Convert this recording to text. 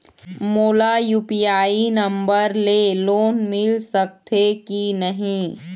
मोला UPI number ले loan मिल सकथे कि नहीं?